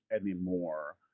anymore